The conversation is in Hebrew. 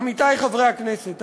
עמיתי חברי הכנסת,